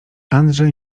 andrzej